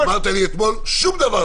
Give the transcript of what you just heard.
אמרת לי אתמול: שום דבר לא.